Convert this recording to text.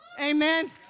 amen